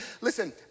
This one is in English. listen